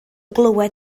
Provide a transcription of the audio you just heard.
glywed